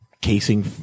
casing